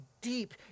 deep